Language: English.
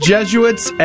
Jesuits